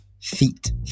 Feet